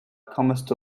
comest